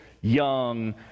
young